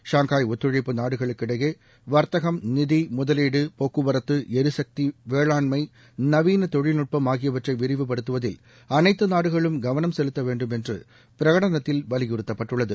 Shanghai ஒத்துழைப்பு நாடுகளுக்கிடையே வாத்தகம் நிதி முதலீடு போக்குவரத்து எரிக்தி வேளாண்மை நவீன தொழில்நுட்பம் ஆகியவற்றை விரிவுப்படுத்துவதில் அனைத்து நாடுகளும் கவனம் செலுத்த வேண்டுமென்று பிரகடனத்தில் வலியுறுத்தப்பட்டுள்ளது